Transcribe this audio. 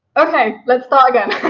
okay, let's start again!